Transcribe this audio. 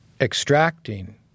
extracting